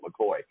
McCoy